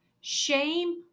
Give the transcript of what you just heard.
Shame